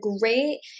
great